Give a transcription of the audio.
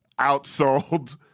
outsold